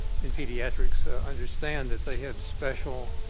in pediatrics understand that they have special